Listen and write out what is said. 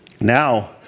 Now